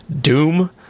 Doom